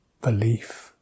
belief